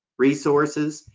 resources,